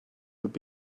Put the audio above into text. would